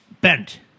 bent